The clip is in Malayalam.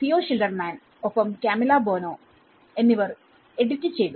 തിയോ ഷിൽഡർമാൻ ഒപ്പംകാമിലോ ബോനോ Camilo Boano എന്നിവർ എഡിറ്റ്edit ചെയ്തു